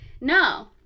No